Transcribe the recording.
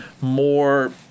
more